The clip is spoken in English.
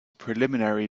preliminary